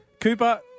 Cooper